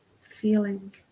feeling